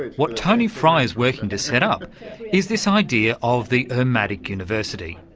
what tony fry is working to set up is this idea of the urmadic university.